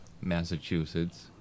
Massachusetts